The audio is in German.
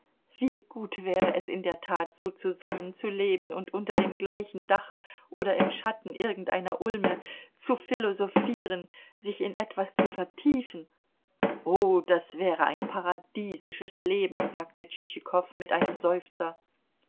wie gut wäre es in der tat so zusammen zu leben und unter dem gleichen dache oder im schatten irgendeiner ulme zu philosophieren sich in etwas zu vertiefen oh das wäre ein paradiesisches leben sagte tschitschikow mit einem seufzer